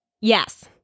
Yes